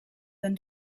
then